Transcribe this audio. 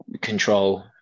control